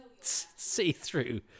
see-through